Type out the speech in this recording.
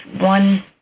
one